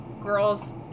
girls